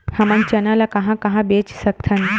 हमन चना ल कहां कहा बेच सकथन?